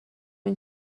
این